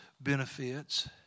benefits